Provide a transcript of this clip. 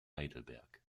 heidelberg